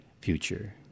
future